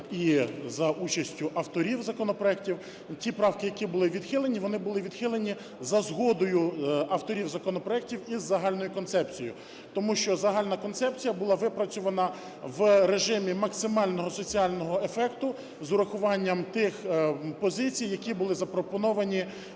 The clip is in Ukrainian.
і за участю авторів законопроекту, ті правки, які були відхилені, вони були відхилені за згодою авторів законопроекту із загальною концепцією. Тому що загальна концепція була випрацьована в режимі максимального соціального ефекту з врахуванням тих позицій, які були запропоновані